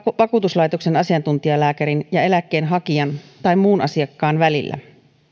vakuutuslaitoksen asiantuntijalääkärin ja eläkkeenhakijan tai muun asiakkaan välillä